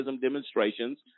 demonstrations –